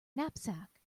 knapsack